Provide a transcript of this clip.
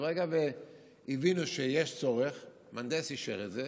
מרגע שהבינו שיש צורך, מהנדס אישר את זה,